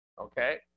okay